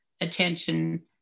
attention